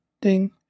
ding